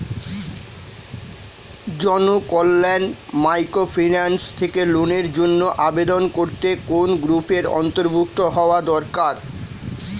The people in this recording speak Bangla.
জনকল্যাণ মাইক্রোফিন্যান্স থেকে লোনের জন্য আবেদন করতে কোন গ্রুপের অন্তর্ভুক্ত হওয়া দরকার?